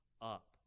up